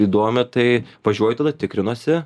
įdomi tai važiuoju tada tikrinuosi